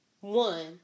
One